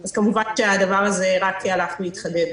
אז כמובן שהדבר הזה רק הלך והתחדד.